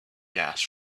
gas